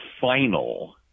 final